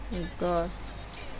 oh god